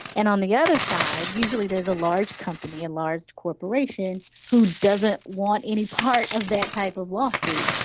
and on the other side usually there is a large company, a and large corporation who doesn't want any part of that type of lawsuit.